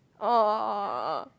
!aww!